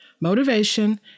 motivation